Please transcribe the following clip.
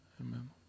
Amen